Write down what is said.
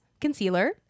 concealer